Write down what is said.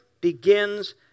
begins